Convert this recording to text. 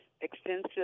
extensive